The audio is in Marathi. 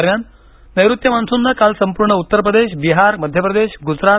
दरम्यान नैऋत्य मान्सूननं काल संपूर्ण उत्तर प्रदेश बिहार मध्यप्रदेश गुजराथ